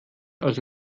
also